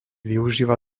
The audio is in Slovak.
využíva